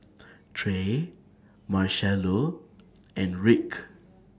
Trae Marchello and Rick